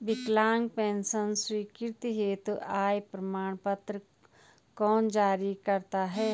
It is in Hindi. विकलांग पेंशन स्वीकृति हेतु आय प्रमाण पत्र कौन जारी करता है?